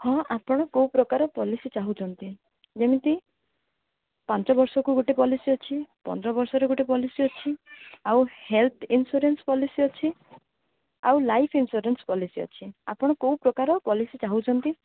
ହଁ ଆପଣ କେଉଁ ପ୍ରକାର ପଲିସି ଚାହୁଁଛନ୍ତି ଯେମିତି ପାଞ୍ଚ ବର୍ଷକୁ ଗୋଟେ ପଲିସି ଅଛି ପନ୍ଦର ବର୍ଷରେ ଗୋଟେ ପଲିସି ଅଛି ଆଉ ହେଲ୍ଥ ଇନସୁରାନ୍ସ୍ ପଲିସି ଅଛି ଆଉ ଲାଇଫ୍ ଇନସୁରାନ୍ସ୍ ପଲିସି ଅଛି ଆପଣ କେଉଁ ପ୍ରକାର ପଲିସି ଚାହୁଁଛନ୍ତି